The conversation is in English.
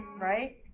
right